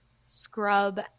scrub